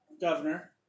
governor